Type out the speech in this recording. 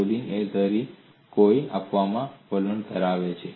loading એ ધરીથી theta માપવા વલણ ધરાવે છે